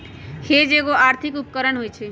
hedge एगो आर्थिक उपकरण होइ छइ